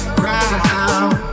ground